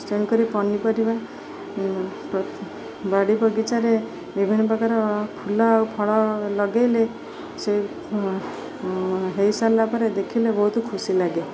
ତେଣୁ କରି ପନିପରିବା ବାଡ଼ି ବଗିଚାରେ ବିଭିନ୍ନ ପ୍ରକାର ଫୁଲ ଆଉ ଫଳ ଲଗାଇଲେ ସେ ହେଇସାରିଲା ପରେ ଦେଖିଲେ ବହୁତ ଖୁସି ଲାଗେ